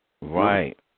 Right